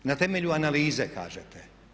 Na temelju analize kažete.